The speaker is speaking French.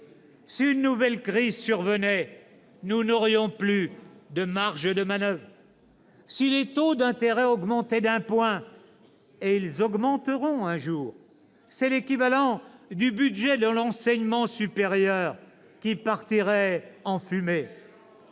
Si une nouvelle crise survenait, nous n'aurions plus de marge de manoeuvre. » Bien sûr ! Nous l'avons dit cent fois !« Si les taux d'intérêt augmentaient d'un point, et ils augmenteront un jour, c'est l'équivalent du budget de l'enseignement supérieur qui partirait en fumée.